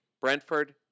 Brentford